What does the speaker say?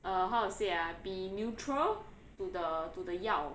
err how to say ah be neutral to the to the 药